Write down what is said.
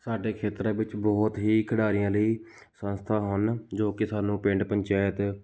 ਸਾਡੇ ਖੇਤਰ ਵਿੱਚ ਬਹੁਤ ਹੀ ਖਿਡਾਰੀਆਂ ਲਈ ਸੰਸਥਾ ਹਨ ਜੋ ਕਿ ਸਾਨੂੰ ਪਿੰਡ ਪੰਚਾਇਤ